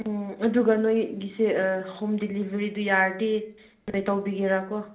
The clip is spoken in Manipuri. ꯎꯝ ꯑꯗꯨꯒ ꯅꯣꯏꯒꯤꯁꯦ ꯍꯣꯝ ꯗꯤꯂꯤꯕꯔꯤꯗꯨ ꯌꯥꯔꯗꯤ ꯅꯣꯏ ꯇꯧꯕꯤꯒꯦꯔꯥꯀꯣ